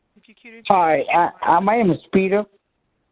if you. peter hi. yeah ah my name is peter.